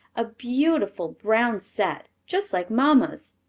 a beautiful brown set, just like mamma's.